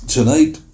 Tonight